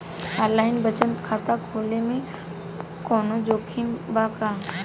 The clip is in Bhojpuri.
आनलाइन बचत खाता खोले में कवनो जोखिम बा का?